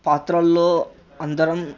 పాత్రల్లో అందరం